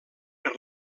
per